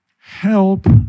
Help